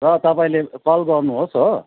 र तपाईँले कल गर्नुहोस् हो